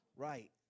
Right